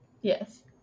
Yes